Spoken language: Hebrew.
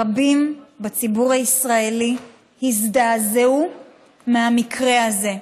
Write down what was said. רבים בציבור הישראלי הזדעזעו מהמקרה הזה.